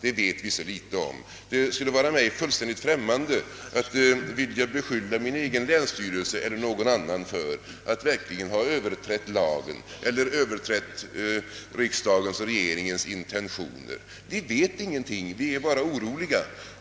Vi vet så litet om sådant. Det är mig fullständigt främmande att vilja beskylla min egen länsstyrelse eller någon annan för att ha överträtt riksdagens eller regeringens intentioner. Vi vet ingenting utan är bara oroliga.